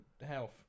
Health